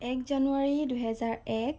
এক জানুৱাৰী দুহেজাৰ এক